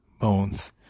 bones